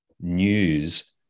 news